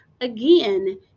Again